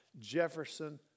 Jefferson